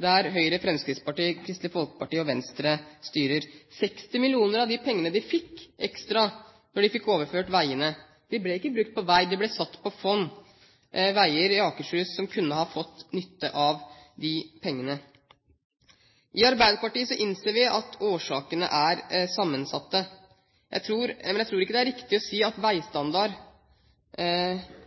der Høyre, Fremskrittspartiet, Kristelig Folkeparti og Venstre styrer? 60 mill. kr av de pengene de fikk ekstra da de fikk overført veiene, ble ikke brukt på vei, de ble satt i fond, og det var veier i Akershus som kunne ha fått nytte av de pengene. I Arbeiderpartiet innser vi at årsakene er sammensatte, men jeg tror ikke det er riktig å si at veistandard ofte